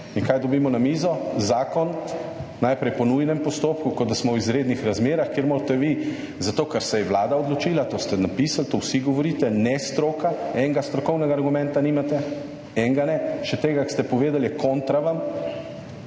In kaj dobimo na mizo, zakon, najprej po nujnem postopku, kot da smo v izrednih razmerah, kjer morate vi zato, ker se je Vlada odločila, to ste napisali, to vsi govorite ne stroka, enega strokovnega argumenta nimate enega ne, še tega, ko ste povedali je kontra vam,